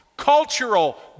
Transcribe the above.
cultural